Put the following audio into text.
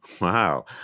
wow